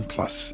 Plus